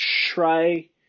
try